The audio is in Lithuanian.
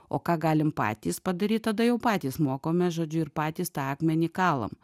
o ką galim patys padaryt tada jau patys mokomės žodžiu ir patys tą akmenį kalam